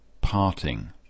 parting